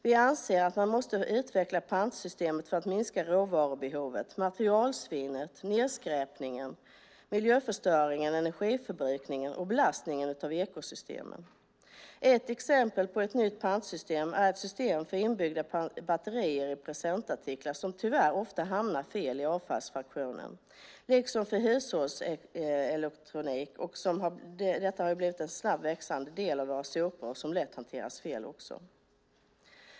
Vi anser att man måste utveckla pantsystem för att minska råvarubehovet, materialsvinnet, nedskräpningen, miljöförstöringen, energiförbrukningen och belastningen på ekosystemen. Exempel på nya pantsystem är system för inbyggda batterier i presentartiklar, som tyvärr ofta hamnar i fel avfallsfraktion, och för hushållselektronik, som har blivit en snabbt växande del av våra sopor som lätt hanteras fel.